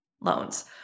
loans